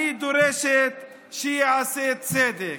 אני דורשת שייעשה צדק.